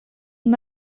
son